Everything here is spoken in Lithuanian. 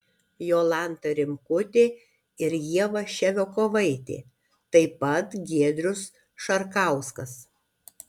jolanta rimkutė ir ieva ševiakovaitė taip pat giedrius šarkauskas